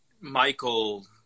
Michael